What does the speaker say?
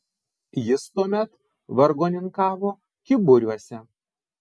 jis tuomet vargoninkavo kyburiuose